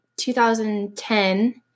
2010